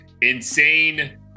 insane